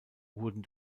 wurden